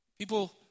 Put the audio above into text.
People